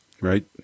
right